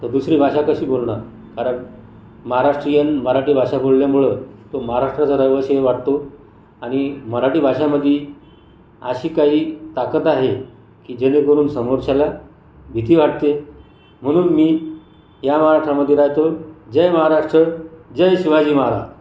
तर दुसरी भाषा कशी बोलणार कारण महाराष्ट्रियन मराठी भाषा बोलल्यामुळं तो महाराष्ट्राचा रहिवासीही वाटतो आणि मराठी भाषामध्ये अशी काही ताकद आहे की जेणेकरून समोरच्याला भीती वाटते म्हणून मी या महाराष्ट्रामध्ये राहतो जय महाराष्ट्र जय शिवाजी महाराज